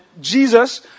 Jesus